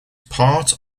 part